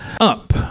up